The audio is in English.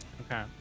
Okay